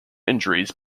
injuries